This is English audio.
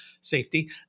safety